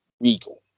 Regal